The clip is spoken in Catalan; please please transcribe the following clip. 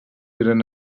eren